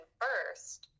first